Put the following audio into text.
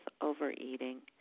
overeating